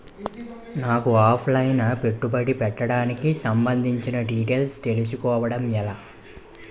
నాకు offline పెట్టుబడి పెట్టడానికి సంబందించిన డీటైల్స్ తెలుసుకోవడం ఎలా?